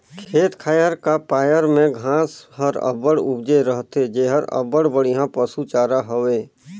खेत खाएर का पाएर में घांस हर अब्बड़ उपजे रहथे जेहर अब्बड़ बड़िहा पसु चारा हवे